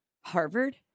Harvard